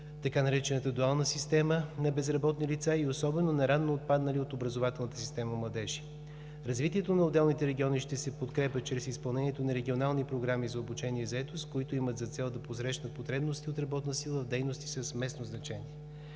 така наречената „дуална система“ на безработни лица и особено на рано отпаднали от образователната система младежи. Развитието на отделните региони ще се подкрепя чрез изпълнението на регионални програми за обучение и заетост, които имат за цел да посрещнат потребности от работна сила в дейности с местно значение.